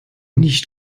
nicht